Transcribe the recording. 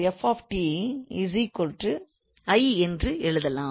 என்று எழுதலாம்